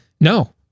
No